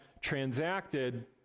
transacted